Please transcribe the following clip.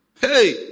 Hey